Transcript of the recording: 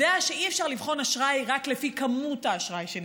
שאי-אפשר לבחון אשראי רק לפי כמות האשראי שניתנת,